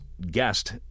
Guest